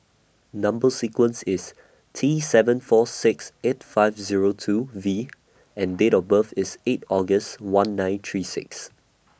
Number sequence IS T seven four six eight five Zero two V and Date of birth IS eight August one nine three six